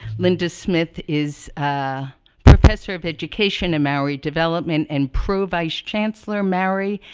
linda smith is a professor of education and maori development and pro-vice chancellor maori,